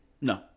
No